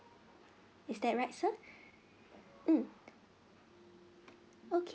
is that right sir mm okay